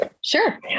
Sure